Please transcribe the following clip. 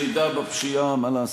יש ירידה בפשיעה, מה לעשות.